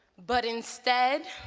but instead